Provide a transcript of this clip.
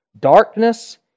darkness